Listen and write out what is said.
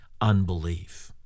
unbelief